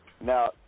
Now